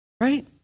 Right